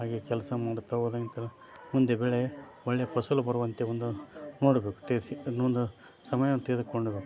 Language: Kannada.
ಹಾಗೆ ಕೆಲಸ ಮಾಡುತ್ತಾ ಹೋದ ನಂತರ ಮುಂದೆ ಬೆಳೆ ಒಳ್ಳೆಯ ಫಸಲು ಬರುವಂತೆ ಒಂದು ನೋಡಬೇಕು ಟೇಸಿ ಅದನ್ನೊಂದು ಸಮಯವನ್ನು ತೆಗೆದುಕೊಂಡು